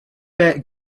met